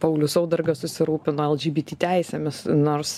paulius saudargas susirūpino lgbt teisėmis nors